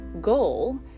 goal